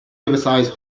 oversize